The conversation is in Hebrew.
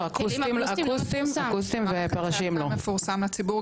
אקוסטיים ופרשים מפורסם לציבור,